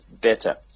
better